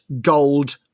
gold